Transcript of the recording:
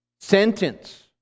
sentence